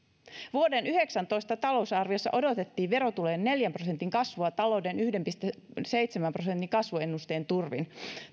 vuoden yhdeksäntoista talousarviossa odotettiin verotulojen neljän prosentin kasvua talouden yhden pilkku seitsemän prosentin kasvuennusteen turvin